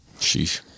sheesh